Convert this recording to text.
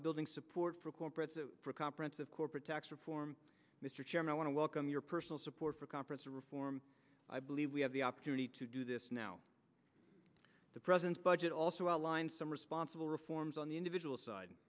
of building support for corporates for a conference of corporate tax reform mr chairman i want to welcome your personal support for conference reform i believe we have the opportunity to do this now the president's budget also outlined some responsible reforms on the individual side